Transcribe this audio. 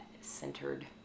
centered